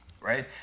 Right